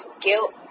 guilt